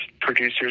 producers